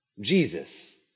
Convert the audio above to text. Jesus